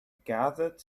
gathered